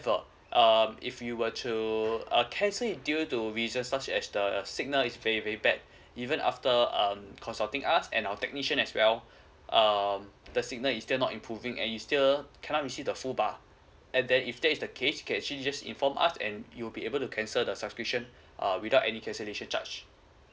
~ver um if you were to cancel it due to reason such as the a signal is very very bad even after um consulting us and our technician as well um the signal is still not improving and you still can not receive the full bar and then if that's the case can actually just inform us and you'll be able to cancel the subscription uh without any cancellation charge